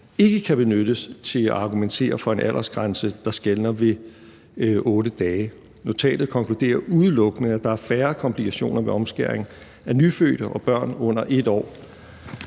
ikke kan benyttes til at argumentere for en aldersgrænse, der skelner ved 8 dage. Notatet konkluderer udelukkende, at der er færre komplikationer med omskæring af nyfødte og børn under 1 år.